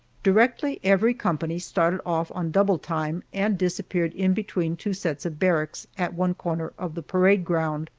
directly every company started off on double time and disappeared in between two sets of barracks at one corner of the parade ground.